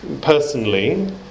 personally